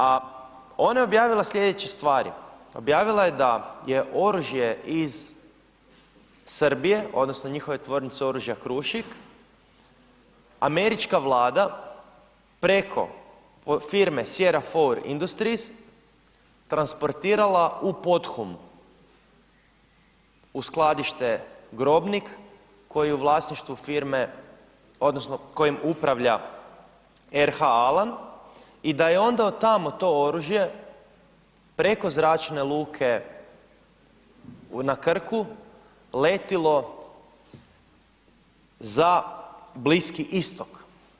A ona je objavila sljedeće stvari, objavila je da je oružje iz Srbije, odnosno njihove tvornice oružja Krušik američka Vlada preko firme Sierra Four Industries transportirala u Podhum u skladište Grobnik koji je u vlasništvu firme, odnosno kojim upravlja RH Alan i da je onda od tamo to oružje preko zračne luke na Krku letjelo za Bliski Istok.